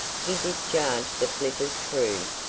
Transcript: he discharged the flitter's crew,